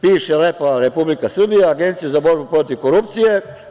Piše lepo – Republika Srbija, Agencija za borbu protiv korupcije.